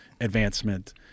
advancement